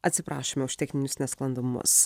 atsiprašome už techninius nesklandumus